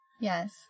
yes